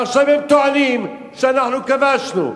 ועכשיו הם טוענים שאנחנו כבשנו.